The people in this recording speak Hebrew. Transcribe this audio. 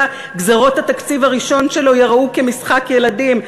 גזירות התקציב הראשון שלו ייראו כמשחק ילדים.